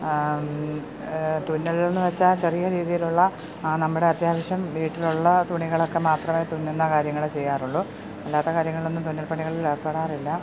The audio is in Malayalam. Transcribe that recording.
തുന്നൽ എന്നുവച്ചാല് ചെറിയ രീതിയിലുള്ള നമ്മുടെ അത്യാവശ്യം വീട്ടിലുള്ള തുണികളൊക്കെ മാത്രമേ തുന്നുന്ന കാര്യങ്ങൾ ചെയ്യാറുള്ളു അല്ലാത്ത കാര്യങ്ങളിലൊന്നും തുന്നൽ പണികളിൽ ഏർപ്പെടാറില്ല